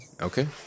Okay